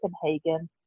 Copenhagen